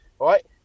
right